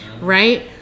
right